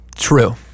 true